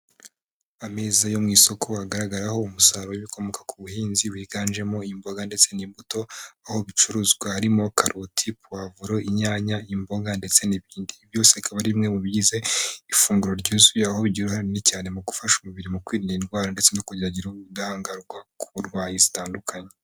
Ameza yo mu isoko agaragaraho umusaruro w'ibikomoka ku buhinzi, wiganjemo imboga ndetse n'imbuto, aho ibicuruzwa harimo karoti, pavuro, inyanya, imboga ndetse n'ibindi. Byose bikaba ari bimwe mu bigize ifunguro ryuzuye aho bigira uruhare runini cyane mu gufasha umubiri mu kwirinda indwara ndetse no kugira ngo ugire ubudahangarwa ku burwayi zitandukanye.